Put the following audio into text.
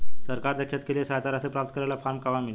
सरकार से खेत के लिए सहायता राशि प्राप्त करे ला फार्म कहवा मिली?